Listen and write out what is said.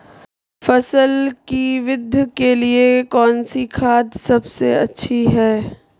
फसल की वृद्धि के लिए कौनसी खाद सबसे अच्छी है?